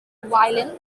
violent